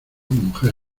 mujer